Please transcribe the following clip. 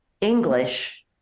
English